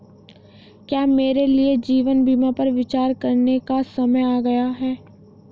क्या मेरे लिए जीवन बीमा पर विचार करने का समय आ गया है?